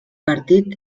partit